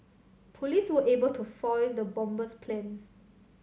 police were able to foil the bomber's plans